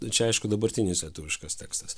čia aišku dabartinis lietuviškas tekstas